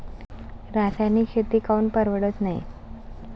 रासायनिक शेती काऊन परवडत नाई?